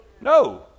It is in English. no